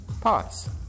pause